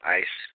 ice